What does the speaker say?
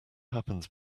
happens